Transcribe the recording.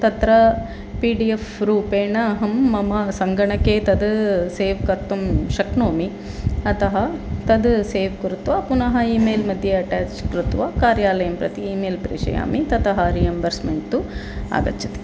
तत्र पिडिएफ़्रूपेण अहं मम सङ्गणके तद् सेव् कर्तुं शक्नोमि अतः तद् सेव् कृत्वा पुनः ईमेल्मध्ये अटाच् कृत्वा कार्यालयं प्रति ईमेल् प्रेषयामि ततः रीएम्बार्स्मेण्ट् तु आगच्छति